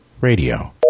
Radio